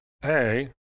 hey